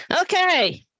Okay